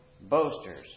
Boasters